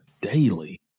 daily